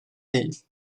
değil